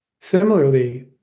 Similarly